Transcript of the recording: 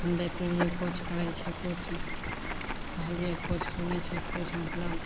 हम बतेलिए किछु करै छै किछु कहलिए किछु सुनै छै किछु मतलब